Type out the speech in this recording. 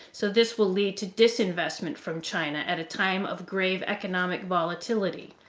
so, this will lead to disinvestment from china at a time of grave economic volatility.